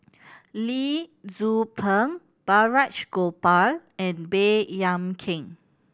Lee Tzu Pheng Balraj Gopal and Baey Yam Keng